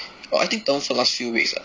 or I think term four last few weeks ah